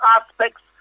aspects